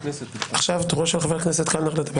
עכשיו תורו של חבר הכנסת אריאל קלנר לדבר.